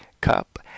cup